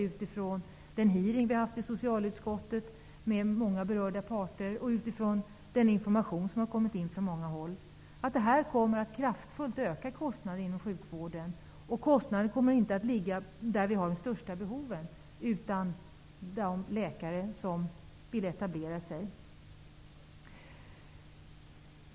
Vi tror det utifrån den hearing socialutskottet har haft med många berörda parter och utifrån den information som har kommit in från många håll. Kostnaderna kommer inte att komma från de håll där de största behoven finns utan från de läkare som vill etablera sig.